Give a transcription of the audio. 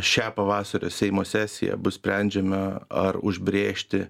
šią pavasario seimo sesiją bus sprendžiama ar užbrėžti